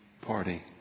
party